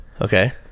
Okay